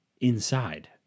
Inside